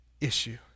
issue